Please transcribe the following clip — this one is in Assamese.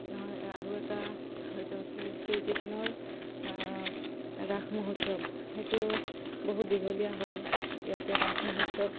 হয় আৰু এটা শ্ৰী শ্ৰীকৃষ্ণৰ ৰাস মহোৎসৱ সেইটো বহুত দীঘলীয়া হয় ইয়াতে ৰাস মহোৎসৱ